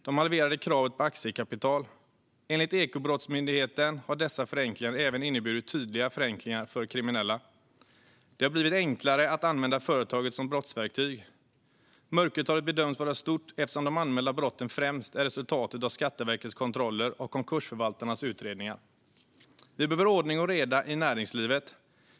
Man halverade kravet på aktiekapital. Enligt Ekobrottsmyndigheten har dessa förenklingar inneburit tydliga förenklingar även för kriminella. Det har blivit enklare att använda företaget som brottsverktyg. Mörkertalet bedöms vara stort eftersom de anmälda brotten främst är resultat av Skatteverkets kontroller och konkursförvaltarnas utredningar. Vi behöver ordning och reda i näringslivet.